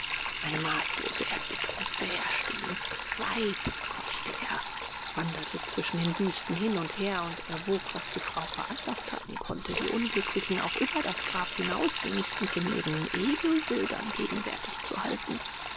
eine maßlose erbitterung beherrschte ihn weib keuchte er wanderte zwischen den büsten hin und her und erwog was die frau veranlaßt haben konnte die unglücklichen auch über das grab hinaus wenigstens in ihren ebenbildern gegenwärtig zu halten